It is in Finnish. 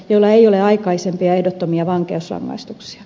jollei ole aikaisempia ehdottomia vankeusrangaistuksia